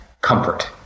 comfort